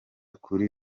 kuri